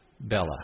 Bella